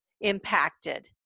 impacted